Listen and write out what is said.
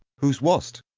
whose was't?